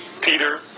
Peter